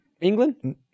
England